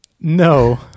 No